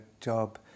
job